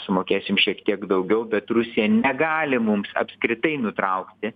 sumokėsim šiek tiek daugiau bet rusija negali mums apskritai nutraukti